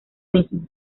mismo